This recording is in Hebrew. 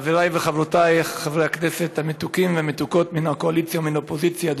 חברי וחברותי חברי הכנסת המתוקים והמתוקות מן הקואליציה ומן האופוזיציה,